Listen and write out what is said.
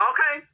Okay